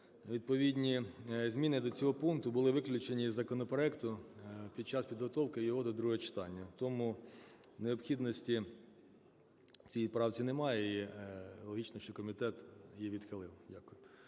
відповідні зміни до цього пункту були виключені із законопроекту під час підготовки його до другого читання. Тому необхідності в цій правці немає, і логічно, що комітет її відхилив.